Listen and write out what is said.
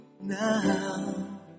now